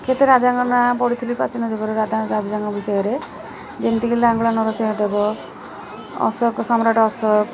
କେତେ ରାଜାଙ୍କ ନାଁ ପଡ଼ିଥିଲି ପ୍ରାଚୀନ ଯୁଗରେ ରାଜାଙ୍କ ବିଷୟରେ ଯେମିତିକି ଲାଙ୍ଗୁଳା ନରସିଂହଦେବ ଅଶୋକ ସମ୍ରାଟ ଅଶୋକ